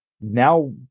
now